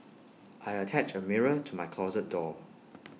I attached A mirror to my closet door